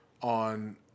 on